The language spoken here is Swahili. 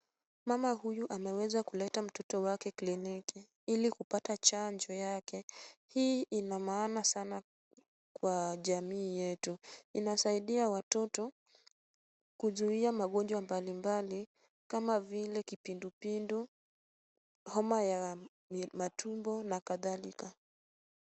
Mama huyu ameweza kuleta mtoto wake kliniki ili kupata chanjo yake. Hii ina maana sana kwa jamii yetu. Inasaidia watoto kuzuia magonjwa mbalimbali kama vile kipindupindu, homa ya matumbo na kadhalika.